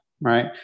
right